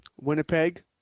Winnipeg